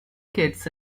kids